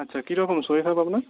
আচ্ছা কিরকম শরীর খারাপ আপনার